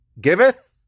giveth